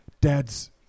Dad's